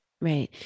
right